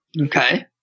Okay